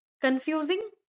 Confusing